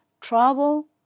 trouble